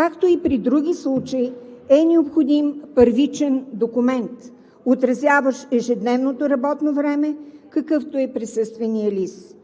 както и при други случаи, е необходим първичен документ, отразяващ ежедневното работно време, какъвто е присъственият лист.